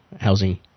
housing